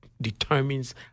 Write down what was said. determines